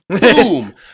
Boom